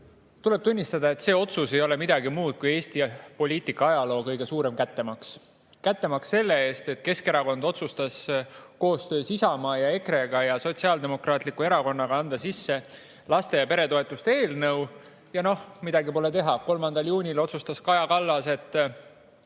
tuleb tunnistada, et see otsus ei ole midagi muud kui Eesti poliitikaajaloo kõige suurem kättemaks. Kättemaks selle eest, et Keskerakond otsustas koostöös Isamaa, EKRE ja Sotsiaaldemokraatliku Erakonnaga anda sisse laste- ja peretoetuste eelnõu. Ja noh, midagi pole teha, 3. juunil otsustas Kaja Kallas, et